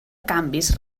canvis